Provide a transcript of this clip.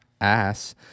Ass